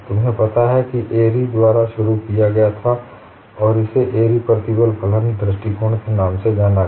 तुम्हें पता है कि यह एअरी द्वारा शुरू किया गया था और इसे एअरी Airys प्रतिबल फलन दृष्टिकोण के नाम से जाना गया